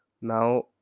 now